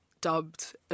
dubbed